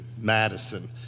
Madison